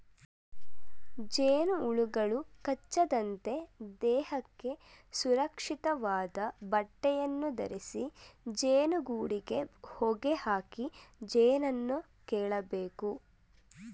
ಜೇನುಹುಳುಗಳು ಕಚ್ಚದಂತೆ ದೇಹಕ್ಕೆ ಸುರಕ್ಷಿತವಾದ ಬಟ್ಟೆಯನ್ನು ಧರಿಸಿ ಜೇನುಗೂಡಿಗೆ ಹೊಗೆಯಾಕಿ ಜೇನನ್ನು ಕೇಳಬೇಕು